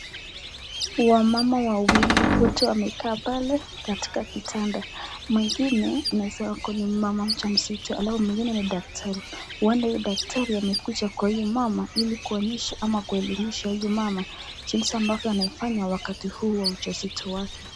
Wamama wawili wote wamekaa pale katika kitanda. Mwingine, ni mama mjamzito alafu mwingine ni daktari. Huenda huyu daktari amekuja kwa huyu mama ili kuonyesha au kuelimisha huyu mama jinsi ambavyo anaifanya wakati huu wa ujauzito wake.